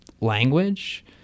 language